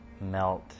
melt